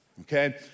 Okay